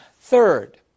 third